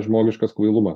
žmogiškas kvailumas